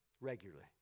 Regularly